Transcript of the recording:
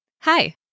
Hi